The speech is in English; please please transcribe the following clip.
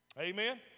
Amen